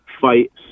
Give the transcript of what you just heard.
fight